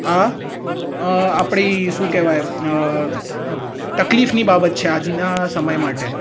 આ આપણી શું કહેવાય તકલીફની બાબત છે આજના સમય માટે